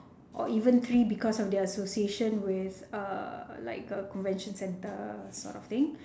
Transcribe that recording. or even three because of their association with uh like a convention centre sort of thing